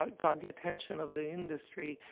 ah, got the attention of the industry,